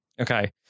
okay